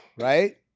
right